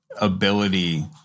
ability